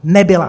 Nebyla.